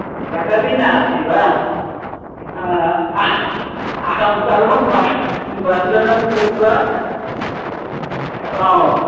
तदपि नास्ति वा अहं सर्वं बन् बन्धनं कृत्वा ओ